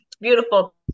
Beautiful